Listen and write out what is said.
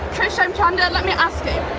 trish um chanda. let me ask it.